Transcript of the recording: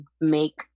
make